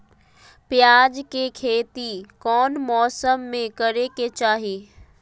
प्याज के खेती कौन मौसम में करे के चाही?